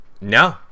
No